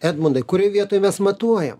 edmundai kurioj vietoj mes matuojam